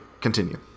continue